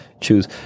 choose